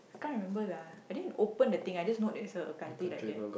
I can't remember lah I didn't open the thing I just know that there is a country like that